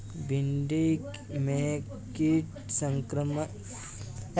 भिंडी में कीट संक्रमण से बचाने के लिए क्या किया जाए?